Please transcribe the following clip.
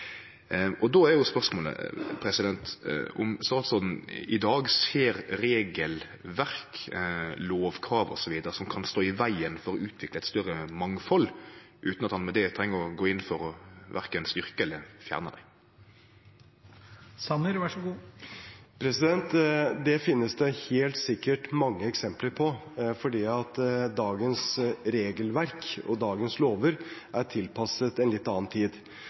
Og då er spørsmålet om statsråden i dag ser regelverk, lovkrav osv. som kan stå i vegen for å utvikle eit større mangfald, utan at han med det treng å gå inn for verken å styrkje eller fjerne dei. Det finnes det helt sikkert mange eksempler på, fordi dagens regelverk og dagens lover er tilpasset en litt annen tid.